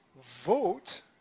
vote